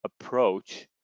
approach